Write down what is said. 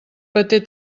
paté